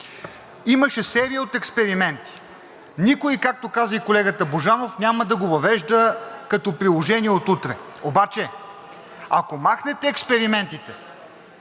Имаше серия от експерименти. Никой, както каза и колегата Божанов, няма да го въвежда като приложение от утре. Обаче ако махнете експериментите,